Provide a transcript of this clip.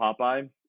Popeye